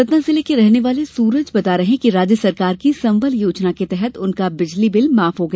सतना जिले के रहने वाले सूरज बता रहे है कि राज्य सरकार की संबल योजना के तहत उनका बिल माफ हो गया